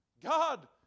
God